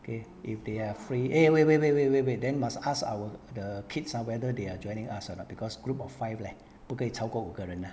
okay if they are free eh wait wait wait wait wait then must ask our the kids or whether they are joining us or not because group of five leh 不可以超过五个人呢